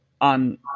on